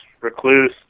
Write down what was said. Recluse